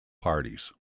parties